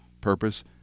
purpose